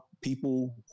people